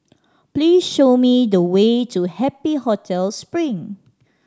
please show me the way to Happy Hotel Spring